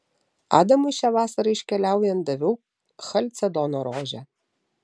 adamui šią vasarą iškeliaujant daviau chalcedono rožę